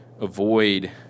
avoid